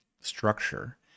structure